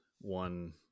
one